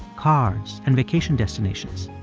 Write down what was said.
cars and vacation destinations?